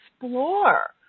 explore